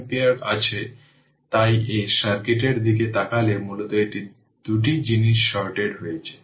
এখন resistor power dissipated হয় p t vR t i t